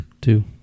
Two